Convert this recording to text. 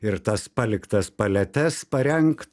ir tas paliktas paletes parengt